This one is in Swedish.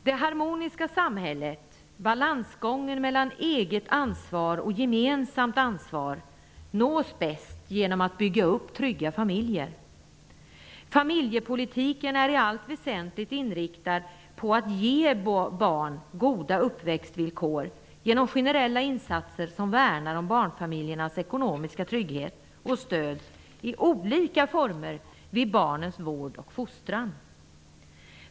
Det harmoniska samhället, balansgången mellan eget ansvar och gemensamt ansvar, nås bäst genom att bygga upp trygga familjer. Familjepolitiken är i allt väsentligt inriktad på att ge barn goda uppväxtvillkor genom generella insatser, som innebär att man värnar om barnfamiljernas ekonomiska trygghet och stöd i olika former vid barnens vård och fostran.